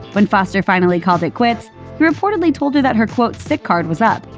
when foster finally called it quits, he reportedly told her that her quote sick card was up.